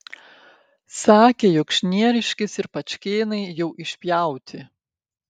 sakė jog šnieriškės ir pačkėnai jau išpjauti